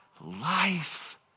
life